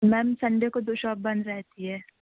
میم Sunday کو تو shop بند رہتی ہے